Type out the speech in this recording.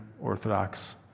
Orthodox